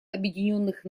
объединенных